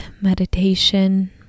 meditation